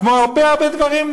כמו הרבה הרבה דברים,